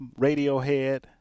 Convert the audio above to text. Radiohead